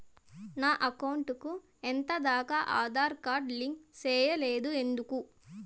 నా అకౌంట్ కు ఎంత దాకా ఆధార్ కార్డు లింకు సేయలేదు ఎందుకు